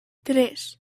tres